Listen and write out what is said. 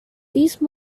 these